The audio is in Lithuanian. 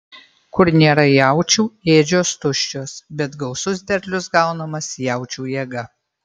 kur nėra jaučių ėdžios tuščios bet gausus derlius gaunamas jaučių jėga